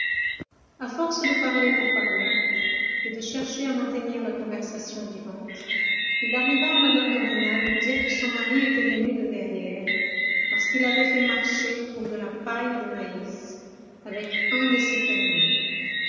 a force de parler pour parler et de chercher à maintenir la conversation vivante il arriva à mme de rênal de dire que son mari était venu de verrières parce qu'il avait fait marché pour de la paille de maïs avec un de ses fermiers